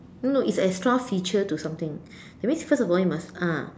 no it's extra feature to something that means first of all you must ah